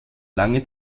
lange